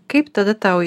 kaip tada tau